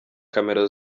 camera